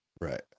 Right